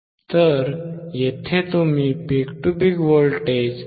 तर येथे तुम्ही पीक टू पीक व्होल्टेज 2